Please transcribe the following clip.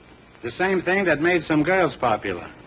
the same thing that made some girls popular.